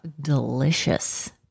delicious